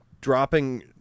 dropping